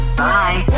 bye